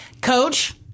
Coach